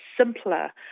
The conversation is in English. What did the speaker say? simpler